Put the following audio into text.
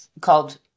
called